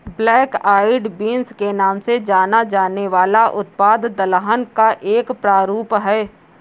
black eyed beans के नाम से जाना जाने वाला उत्पाद दलहन का एक प्रारूप है